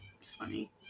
funny